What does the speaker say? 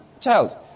child